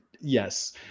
Yes